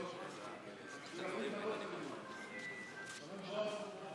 מלכיאלי, לך תקרא לו, לאחמד, לך.